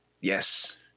yes